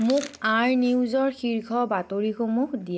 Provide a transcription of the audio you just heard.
মোক আৰ নিউজৰ শীৰ্ষ বাতৰিসমূহ দিয়া